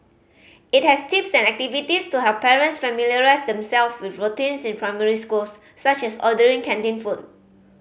it has tips and activities to help parents familiarise themself with routines in primary schools such as ordering canteen food